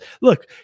look